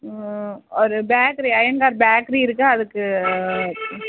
ம் ஒரு bakery Iyengar bakery இருக்குது அதுக்கு